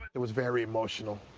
it was very emotional.